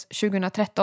2013